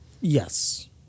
Yes